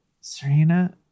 serena